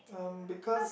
um because